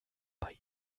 bei